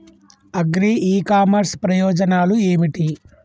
Agri e commerce ప్రయోజనాలు ఏమిటి?